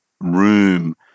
Room